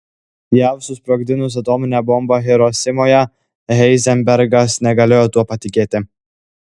jav susprogdinus atominę bombą hirosimoje heizenbergas negalėjo tuo patikėti